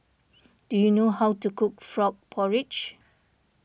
do you know how to cook Frog Porridge